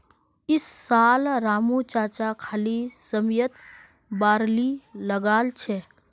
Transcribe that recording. इस साल रामू चाचा खाली समयत बार्ली लगाल छ